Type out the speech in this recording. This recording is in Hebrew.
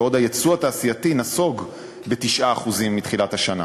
בעוד היצוא התעשייתי נסוג ב-9% מתחילת השנה.